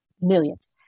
millions